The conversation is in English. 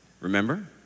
Remember